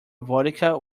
vodka